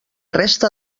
resta